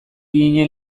ginen